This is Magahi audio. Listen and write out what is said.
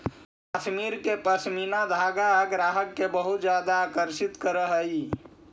कश्मीर के पशमीना धागा ग्राहक के बहुत ज्यादा आकर्षित करऽ हइ